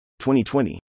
2020